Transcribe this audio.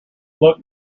look